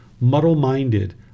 muddle-minded